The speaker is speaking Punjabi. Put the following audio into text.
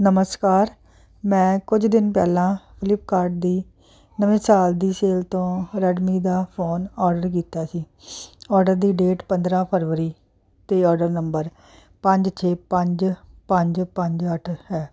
ਨਮਸਕਾਰ ਮੈਂ ਕੁਝ ਦਿਨ ਪਹਿਲਾਂ ਫਲਿਪਕਾਰਡ ਦੀ ਨਵੇਂ ਸਾਲ ਦੀ ਸੇਲ ਤੋਂ ਰੇਡਮੀ ਦਾ ਫੋਨ ਔਡਰ ਕੀਤਾ ਸੀ ਔਡਰ ਦੀ ਡੇਟ ਪੰਦਰ੍ਹਾਂ ਫਰਵਰੀ ਅਤੇ ਔਡਰ ਨੰਬਰ ਪੰਜ ਛੇ ਪੰਜ ਪੰਜ ਪੰਜ ਅੱਠ ਹੈ